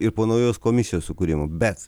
ir po naujos komisijos sukūrimo bet